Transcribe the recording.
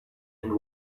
and